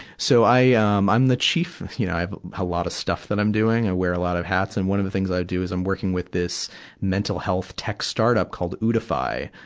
so, i, ah um, i'm the chief you know, i have a lot of stuff that i'm doing. i wear a lot of hats. and one of the things i do is i'm working with this mental health tech start-up called ootify.